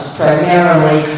primarily